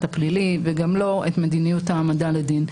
הפלילי וגם לא את מדיניות העמדה לדין.